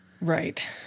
Right